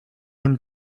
him